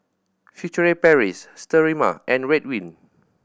Furtere Paris Sterimar and Ridwind